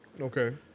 Okay